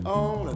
on